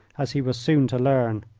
as he was soon to learn.